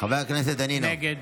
נגד